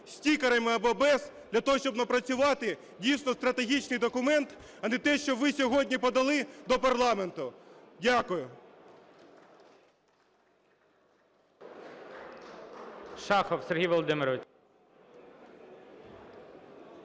стикерами, або без, для того щоб напрацювати дійсно стратегічний документ, а не те, що ви сьогодні подали до парламенту. Дякую.